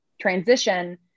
transition